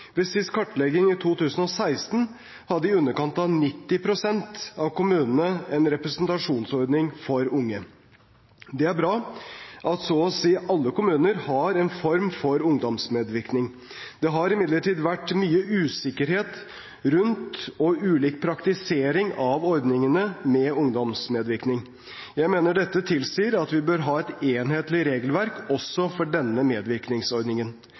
Ved siste kartlegging i 2016 hadde i underkant 90 pst. av kommunene en representasjonsordning for unge. Det er bra at så å si alle kommuner har en form for ungdomsmedvirkning. Det har imidlertid vært mye usikkerhet rundt og ulik praktisering av ordningene med ungdomsmedvirkning. Jeg mener dette tilsier at vi bør ha et enhetlig regelverk også for denne medvirkningsordningen.